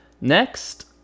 Next